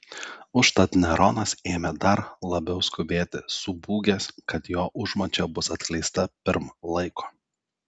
užtat neronas ėmė dar labiau skubėti subūgęs kad jo užmačia bus atskleista pirm laiko